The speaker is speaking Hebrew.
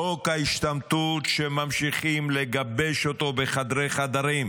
חוק ההשתמטות, שממשיכים לגבש אותו בחדרי חדרים,